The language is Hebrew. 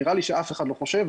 נראה לי שאף אחד לא חושב,